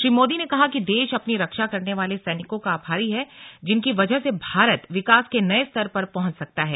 श्री मोदी ने कहा कि देश अपनी रक्षा करने वाले सैनिकों का आभारी हैं जिनकी वजह से भारत विकास के नए स्तर पर पहुंच सकता है